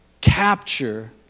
Capture